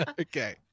Okay